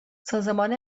سازمان